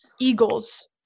eagles